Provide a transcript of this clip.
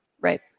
Right